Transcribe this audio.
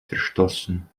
verstoßen